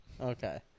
Okay